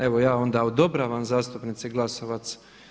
Evo ja onda odobravam zastupnici Glasovac.